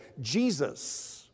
Jesus